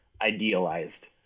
idealized